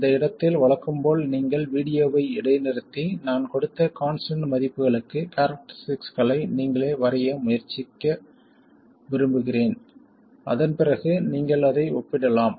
இந்த இடத்தில் வழக்கம் போல் நீங்கள் வீடியோவை இடைநிறுத்தி நான் கொடுத்த கான்ஸ்டன்ட் மதிப்புகளுக்கு கேரக்டரிஸ்டிக்ஸ்களை நீங்களே வரைய முயற்சிக்க விரும்புகிறேன் அதன் பிறகு நீங்கள் அதை ஒப்பிடலாம்